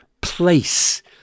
place